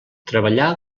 treballà